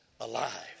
alive